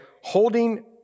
holding